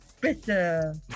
Pizza